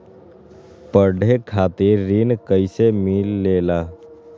पढे खातीर ऋण कईसे मिले ला?